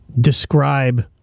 describe